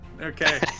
okay